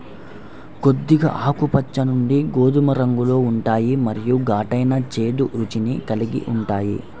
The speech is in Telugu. కొద్దిగా ఆకుపచ్చ నుండి గోధుమ రంగులో ఉంటాయి మరియు ఘాటైన, చేదు రుచిని కలిగి ఉంటాయి